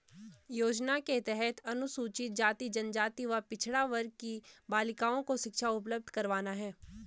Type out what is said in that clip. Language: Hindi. योजना के तहत अनुसूचित जाति, जनजाति व पिछड़ा वर्ग की बालिकाओं को शिक्षा उपलब्ध करवाना है